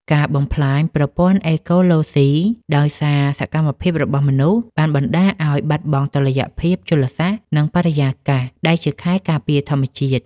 ការបំផ្លាញប្រព័ន្ធអេកូឡូស៊ីដោយសារសកម្មភាពរបស់មនុស្ស បានបណ្ដាលឱ្យបាត់បង់តុល្យភាពជលសាស្ត្រ និងបរិយាកាសដែលជាខែលការពារធម្មជាតិ។